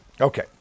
Okay